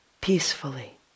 peacefully